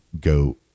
go